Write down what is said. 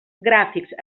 gràfics